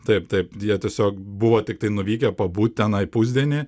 taip taip jie tiesiog buvo tiktai nuvykę pabūt tenai pusdienį